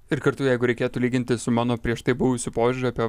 ir kartu jeigu reikėtų lyginti su mano prieš tai buvusiu požiūriu apie